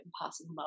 impossible